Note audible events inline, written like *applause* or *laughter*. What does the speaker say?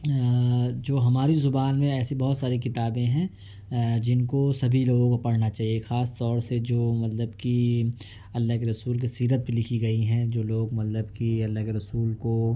جو ہماری زبان میں ایسی بہت ساری کتابیں ہیں *unintelligible* جن کو سبھی لوگوں کو پڑھنا چاہیے خاص طور سے جو مطلب کہ اللہ کے رسول کی سیرت پہ لکھی گئی ہیں جو لوگ مطلب کہ اللہ کے رسول کو